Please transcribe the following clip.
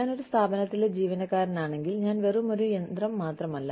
ഞാൻ ഒരു സ്ഥാപനത്തിലെ ജീവനക്കാരനാണെങ്കിൽ ഞാൻ വെറുമൊരു യന്ത്രം മാത്രമല്ല